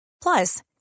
Plus